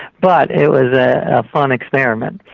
but it was a fun experiment.